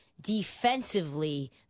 defensively